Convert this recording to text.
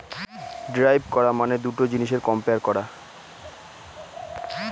derive করা মানে দুটা জিনিসের কম্পেয়ার করা